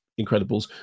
Incredibles